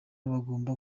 bagomba